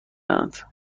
اند